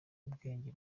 ubwenge